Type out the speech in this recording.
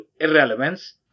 Irrelevance